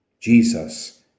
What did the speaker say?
Jesus